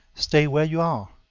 stay where you are.